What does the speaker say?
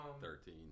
thirteen